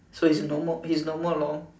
so is no more he is no more long